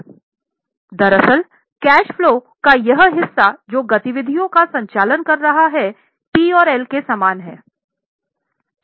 दरअसल cash flow का यह हिस्सा जो गतिविधियों का संचालन कर रहा है पी और एल के समान है